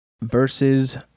versus